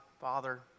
Father